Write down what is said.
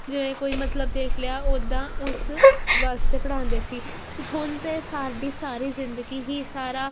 ਜਿਵੇਂ ਕੋਈ ਮਤਲਬ ਦੇਖ ਲਿਆ ਉੱਦਾਂ ਉਸ ਵਾਸਤੇ ਪੜ੍ਹਾਉਂਦੇ ਸੀ ਅਤੇ ਹੁਣ ਤਾਂ ਸਾਡੀ ਸਾਰੀ ਜ਼ਿੰਦਗੀ ਹੀ ਸਾਰਾ